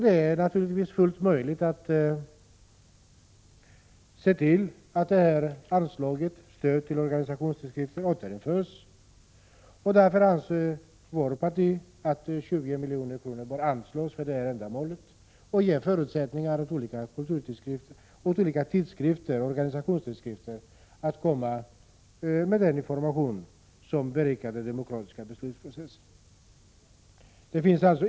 Det är naturligtvis fullt möjligt att se till att detta anslag, Stöd till organisationstidskrifter, återinförs. Därför anser vårt parti att 20 milj.kr. bör anslås för detta ändamål. Det skulle ge förutsättningar för olika organisationstidskrifter att föra fram information som berikar den demokratiska beslutsprocessen.